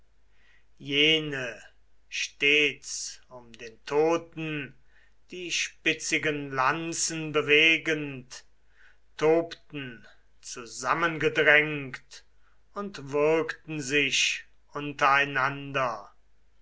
jene stets um den toten die spitzigen lanzen bewegend tobten zusammengedrängt und würgten sich